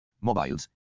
mobiles